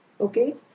Okay